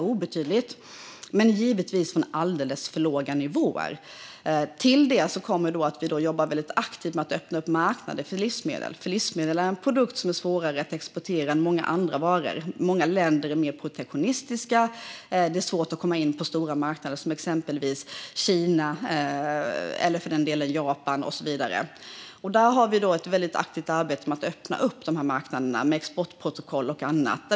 Jag tog siffran direkt från huvudet, så ta den med en liten nypa salt. Till detta kommer att vi väldigt aktivt jobbar för att öppna upp marknader för livsmedel. Livsmedel är en produkt som är svårare att exportera än många andra varor. Många länder är mer protektionistiska. Det är svårt att komma in på stora marknader som exempelvis Kina eller för den delen Japan och så vidare. Vi har där ett väldigt aktivt arbete för att öppna upp dessa marknader med exportprotokoll och annat.